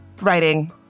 writing